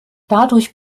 dadurch